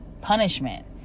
punishment